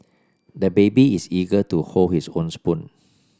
the baby is eager to hold his own spoon